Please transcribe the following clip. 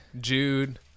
Jude